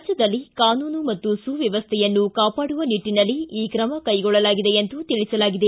ರಾಜ್ಯದಲ್ಲಿ ಕಾನೂನು ಮತ್ತು ಸುವ್ಕವಸ್ಥೆಯನ್ನು ಕಾಪಾಡುವ ನಿಟ್ಟಿನಲ್ಲಿ ಈ ಕ್ರಮ ಕೈಗೊಳ್ಳಲಾಗಿದೆ ಎಂದು ತಿಳಿಸಲಾಗಿದೆ